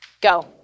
Go